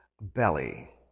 belly